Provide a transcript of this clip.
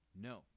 No